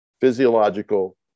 physiological